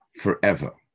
forever